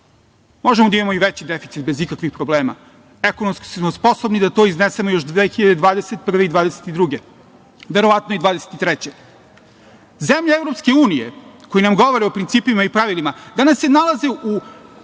Možemo da imamo i veći deficit bez ikakvih problema, ekonomski smo sposobni da to iznesemo još 2021. i 2022. godine, verovatno i 2023. godine. Zemlje EU koje nam govore o principima i pravilima danas se nalaze u